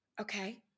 Okay